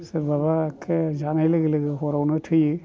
सोरबाबा एख्खे जानाय लोगो लोगो हरावनो थैयो